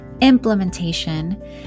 implementation